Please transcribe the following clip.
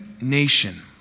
nation